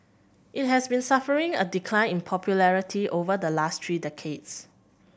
it has been suffering a decline in popularity over the last three decades